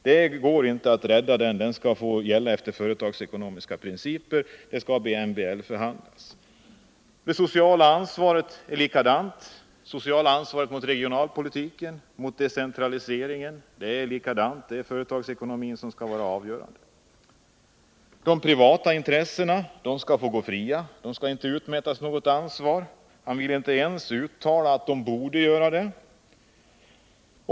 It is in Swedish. Det går inte att rädda den — företagsekonomiska principer skall få gälla, det skall MBL-förhandlas. Med det sociala ansvaret är det likadant — det sociala ansvaret mot regionalpolitiken, mot decentraliseringen. Det är företagsekonomin som skall vara avgörande. De privata intressena skall få gå fria, det skall inte utmätas något ansvar. Industriministern vill inte ens uttala att detta borde göras.